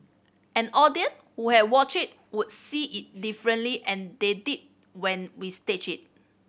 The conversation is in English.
an audience who had watched it would see it differently and they did when we staged it